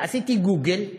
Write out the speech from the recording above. עשיתי גוגל,